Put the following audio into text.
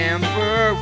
Amber